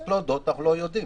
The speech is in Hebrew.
צריך להודות שאנחנו לא יודעים,